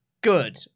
good